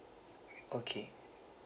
okay